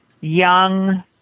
young